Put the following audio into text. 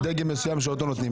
דגם מסוים שאותו נותנים,